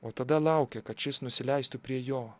o tada laukia kad šis nusileistų prie jo